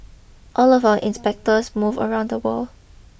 all of our inspectors move around the world